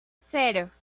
cero